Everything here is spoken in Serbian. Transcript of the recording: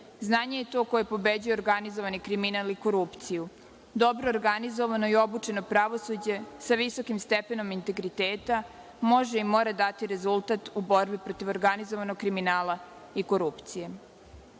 Znanje je to koje pobeđuje organizovani kriminal i korupciju. Dobro organizovano i obučeno pravosuđe sa visokim stepenom integriteta može i mora dati rezultat u borbi protiv organizovanog kriminala i korupcije. Institut